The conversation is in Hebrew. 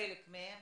חלק מהם,